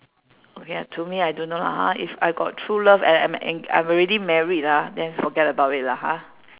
okay to me I don't know lah ah if I got true love and I I I'm already married ah then forget about it lah ha